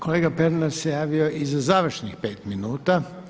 Kolega Pernar se javio i za završnih pet minuta.